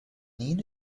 need